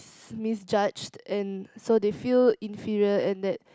misjudged and so they feel inferior and that